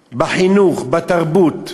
בחינוך, בתרבות,